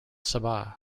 sabah